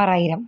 ആറായിരം